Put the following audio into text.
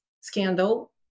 scandal